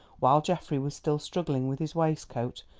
while geoffrey was still struggling with his waistcoat,